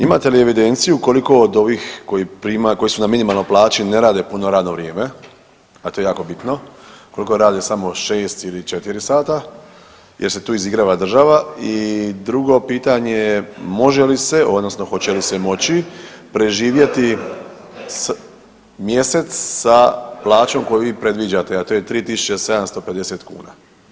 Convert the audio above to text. Imate li evidenciju koliko od ovih koji prima, koji su na minimalnoj plaći ne rade puno radno vrijeme, a to je jako bitno, koliko rade samo 6 ili 4 sata jer se tu izigrava država i drugo pitanje, može li se, odnosno hoće li se moći preživjeti mjesec sa plaćom koju vi predviđate, a to je 3 750 kuna?